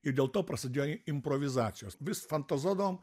ir dėl to prasidėjo improvizacijos vis fantazuodavom